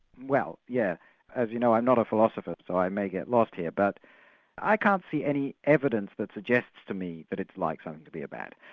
well, yes. yeah as you know, i'm not a philosopher so i may get lost here, but i can't see any evidence that suggests to me that it's like something to be a bat.